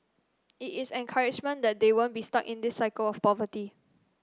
it is encouragement that they won't be stuck in this cycle of poverty